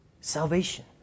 salvation